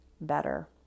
better